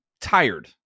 tired